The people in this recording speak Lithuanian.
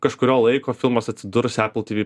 kažkurio laiko filmas atsidurs apple tv